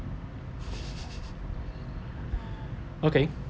okay